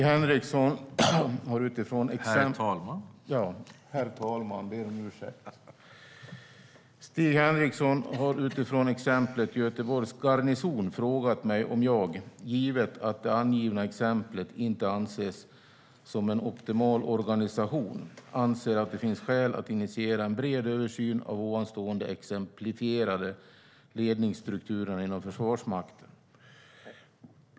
Herr talman! Stig Henriksson har utifrån exemplet Göteborgs garnison frågat mig om jag, givet att det angivna exemplet inte anses som en optimal organisation, anser att det finns skäl att initiera en bred översyn av ovanstående exemplifierade ledningsstrukturer inom Försvarsmakten.